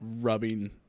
rubbing